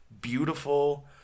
beautiful